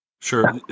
sure